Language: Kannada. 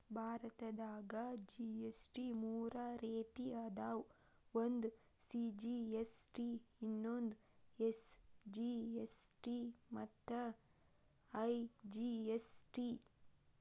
ಭಾರತದಾಗ ಜಿ.ಎಸ್.ಟಿ ಮೂರ ರೇತಿ ಅದಾವ ಒಂದು ಸಿ.ಜಿ.ಎಸ್.ಟಿ ಇನ್ನೊಂದು ಎಸ್.ಜಿ.ಎಸ್.ಟಿ ಮತ್ತ ಐ.ಜಿ.ಎಸ್.ಟಿ